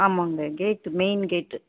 ஆமாங்க gate main கேட்டு